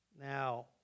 Now